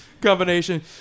combination